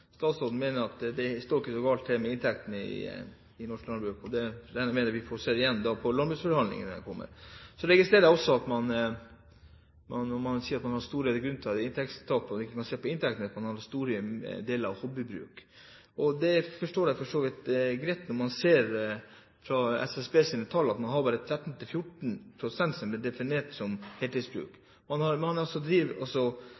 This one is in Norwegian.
statsråden mener at det ikke står så galt til med inntektene i norsk landbruk. Det regner jeg med at vi får se når landbruksforhandlingene kommer. Jeg registrerer også at man sier at en av grunnene til variasjonen i næringsinntektene er at store deler av brukene er hobbybruk. Det forstår jeg for så vidt greit når man ser av SSBs tall at man bare har 13–14 pst. som er definert som